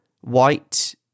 White